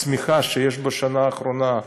הצמיחה שיש בשנה אחרונה,